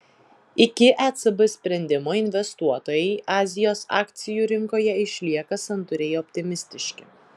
iki ecb sprendimo investuotojai azijos akcijų rinkoje išlieka santūriai optimistiški